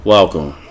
Welcome